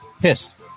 pissed